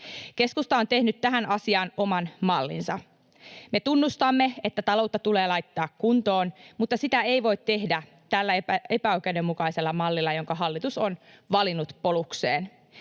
Keskusta on tehnyt tähän asiaan oman mallinsa. Me tunnustamme, että taloutta tulee laittaa kuntoon, mutta sitä ei voi tehdä tällä epäoikeudenmukaisella mallilla, jonka hallitus on valinnut polukseen.